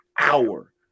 hour